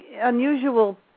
unusual